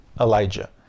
Elijah